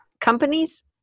companies